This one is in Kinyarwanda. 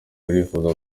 irifuza